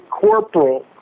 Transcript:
Corporal